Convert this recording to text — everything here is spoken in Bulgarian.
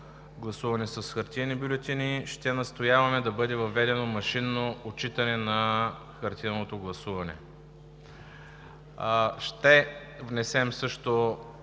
гласуване с хартиени бюлетини, ще настояваме да бъде въведено машинно отчитане на хартиеното гласуване. Ще внесем също